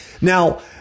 Now